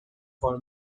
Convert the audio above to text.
for